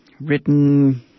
written